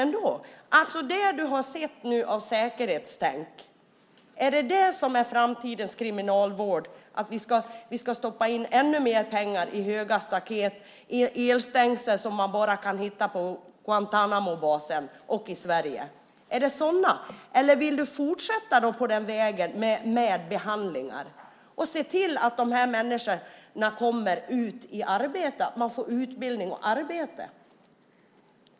Är det vad du nu har sett av säkerhetstänk som är framtidens kriminalvård - att vi ska stoppa in ännu mer pengar i höga staket, i elstängsel som bara kan hittas på Guantánamobasen och i Sverige? Är det sådant det handlar om, eller vill du fortsätta på vägen med behandlingar och med att se till att de här människorna får utbildning och kommer ut i arbete?